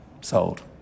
sold